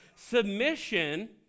Submission